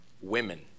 Women